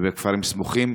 ובכפרים סמוכים,